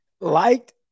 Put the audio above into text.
Liked